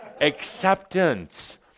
Acceptance